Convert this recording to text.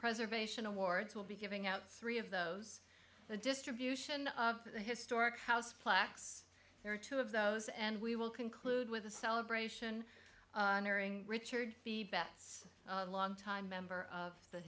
preservation awards will be giving out three of those the distribution of the historic house plaques there are two of those and we will conclude with a celebration honoring richard b betts a longtime member of the